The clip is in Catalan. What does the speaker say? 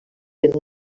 sent